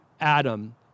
Adam